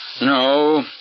No